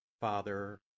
Father